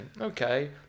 Okay